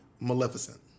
Maleficent